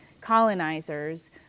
colonizers